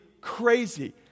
crazy